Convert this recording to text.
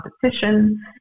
competition